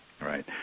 right